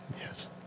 Yes